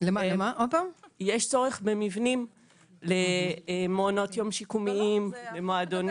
יש צורך במבנים למעונות יום שיקומיים, למועדונים.